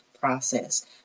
process